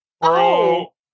Bro